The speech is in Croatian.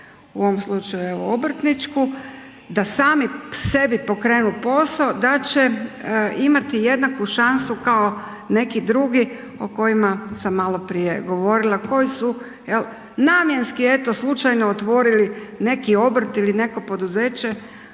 u ovom slučaju evo obrtničku, da sami sebi pokrenu posao da će imati jednaku šansu kao neki drugi o kojima sam maloprije govorila, koji su namjenski eto slučajno otvorili neki obrt ili neko poduzeća